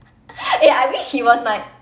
eh I wish he was my